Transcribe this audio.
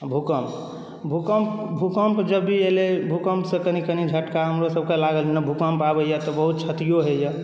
भूकम्प भूकम्प जब भी एलै भूकम्पसँ कनी कनी झटका हमरोसभके लागल जेना भूकम्प आबैए तऽ बहुत क्षतियो होइए